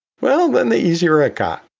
well, then the easier it got.